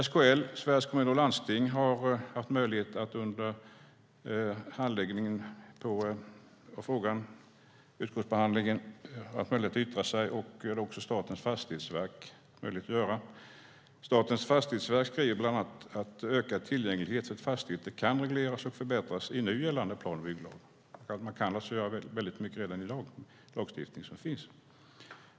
SKL, Sveriges Kommuner och Landsting, har haft möjlighet att yttra sig under handläggningen och utskottsbehandlingen av frågan. Det har också Statens fastighetsverk haft möjlighet att göra. Statens fastighetsverk skriver bland annat att ökad tillgänglighet till fastigheter kan regleras och förbättras i nu gällande plan och bygglag. Man kan alltså göra väldigt mycket redan i dag med den lagstiftning som finns.